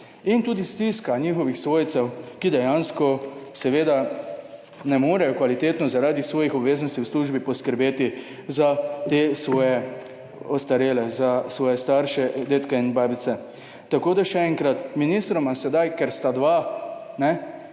in tudi stiska njihovih svojcev, ki dejansko seveda ne morejo kvalitetno, zaradi svojih obveznosti v službi, poskrbeti za te svoje ostarele, za svoje starše, dedke in babice. Tako, da še enkrat, ministroma sedaj, ker sta dva,